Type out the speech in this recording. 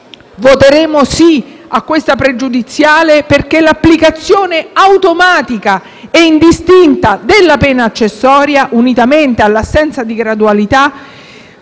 Voteremo sì alla questione pregiudiziale, perché l'applicazione automatica e indistinta della pena accessoria, unitamente all'assenza di gradualità,